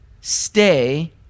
stay